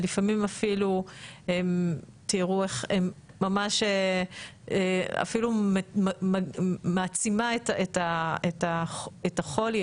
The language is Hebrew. ולפעמים אפילו הם תיארו איך ממש אפילו מעצימה את החולי,